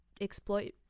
exploit